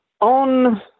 on